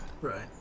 Right